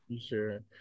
sure